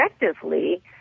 effectively